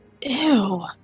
Ew